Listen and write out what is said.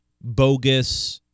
bogus